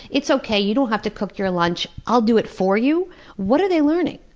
it's okay, you don't have to cook your lunch, i'll do it for you' what are they learning?